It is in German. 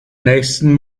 nächsten